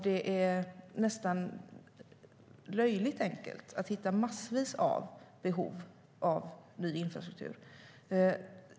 Det är nästan löjligt enkelt att hitta massvis av behov av ny infrastruktur.